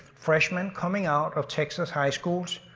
freshman coming out of texas high schools,